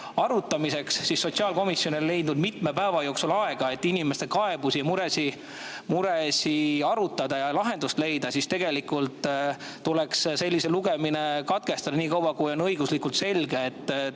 [miks] sotsiaalkomisjon ei ole leidnud mitme päeva jooksul aega, et inimeste kaebusi-muresid arutada ja lahendust leida? Tegelikult tuleks selline lugemine katkestada, kuni on õiguslikult selge,